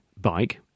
bike